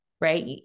right